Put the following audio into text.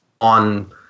on